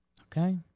Okay